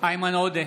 איימן עודה,